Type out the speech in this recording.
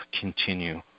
continue